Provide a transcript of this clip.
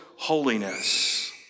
holiness